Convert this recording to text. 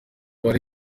rayon